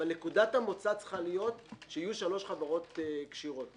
נקודת המוצא צריכה להיות שיהיו שלוש חברות כשירות.